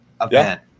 event